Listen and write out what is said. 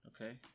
Okay